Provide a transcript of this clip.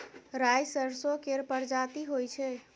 राई सरसो केर परजाती होई छै